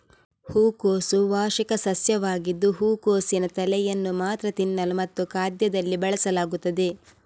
ಹೂಕೋಸು ವಾರ್ಷಿಕ ಸಸ್ಯವಾಗಿದ್ದು ಹೂಕೋಸಿನ ತಲೆಯನ್ನು ಮಾತ್ರ ತಿನ್ನಲು ಮತ್ತು ಖಾದ್ಯದಲ್ಲಿ ಬಳಸಲಾಗುತ್ತದೆ